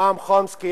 נועם חומסקי,